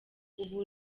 ubu